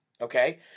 okay